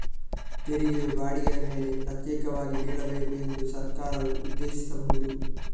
ತೆರಿಗೆಯು ಬಾಡಿಗೆಯ ಮೇಲೆ ಪ್ರತ್ಯೇಕವಾಗಿ ಬೀಳಬೇಕು ಎಂದು ಸರ್ಕಾರವು ಉದ್ದೇಶಿಸಬಹುದು